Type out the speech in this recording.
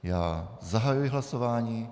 Já zahajuji hlasování.